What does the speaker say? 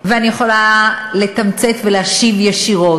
ואני יכולה לתמצת ולהשיב ישירות.